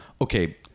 okay